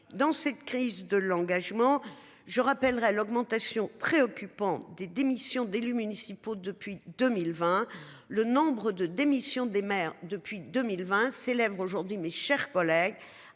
Dans cette crise de l'engagement, je rappellerai l'augmentation préoccupante des démissions d'élus municipaux depuis 2020 le nombre de démissions des maires depuis 2020 célèbre aujourd'hui, mes chers collègues